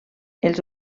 els